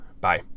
Bye